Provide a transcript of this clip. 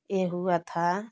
ए हुआ था